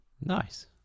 Nice